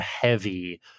heavy